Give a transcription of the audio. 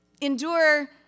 endure